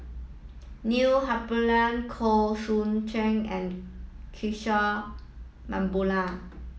Neil Humphreys Khoo Swee Chiow and Kishore Mahbubani